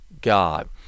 God